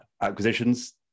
acquisitions